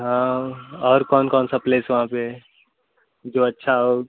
हाँ और कौन कौन सा प्लेस वहाँ पर है जो अच्छा हो